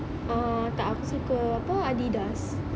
uh tak aku suka apa Adidas